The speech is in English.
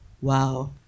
Wow